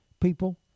people